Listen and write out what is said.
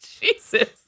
Jesus